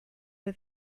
for